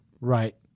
Right